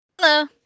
Hello